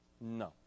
No